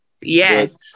Yes